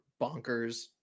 bonkers